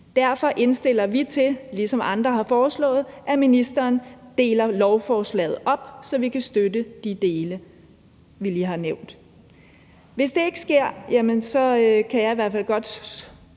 Derfor indstiller vi til – ligesom andre har foreslået – at ministeren deler lovforslaget op, så vi kan støtte de dele, jeg lige har nævnt. Hvis det ikke sker, kan jeg i hvert fald godt